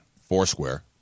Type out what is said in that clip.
Foursquare